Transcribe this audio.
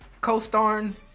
co-starring